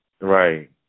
Right